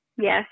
Yes